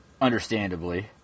understandably